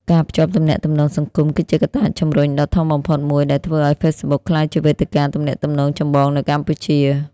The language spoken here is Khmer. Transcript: ការភ្ជាប់ទំនាក់ទំនងសង្គម គឺជាកត្តាជំរុញដ៏ធំបំផុតមួយដែលធ្វើឱ្យ Facebook ក្លាយជាវេទិកាទំនាក់ទំនងចម្បងនៅកម្ពុជា។